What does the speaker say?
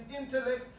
intellect